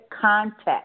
context